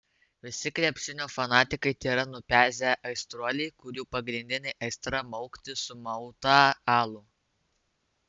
visi krepšinio fanatikai tėra nupezę aistruoliai kurių pagrindinė aistra maukti sumautą alų